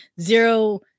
zero